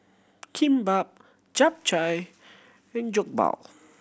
Kimbap Japchae and Jokbal